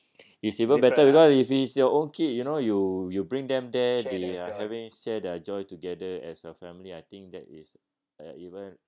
it's even better because if it's your own kid you know you you bring them there they are having share their joy together as a family I think that is uh even